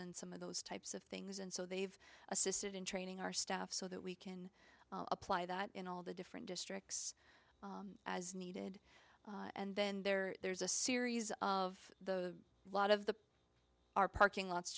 and some of those types of things and so they've assisted in training our staff so that we can apply that in all the different districts as needed and then there there's a series of the a lot of the our parking lots